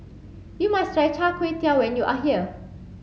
you must try Char Kway Teow when you are here